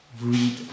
read